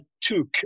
took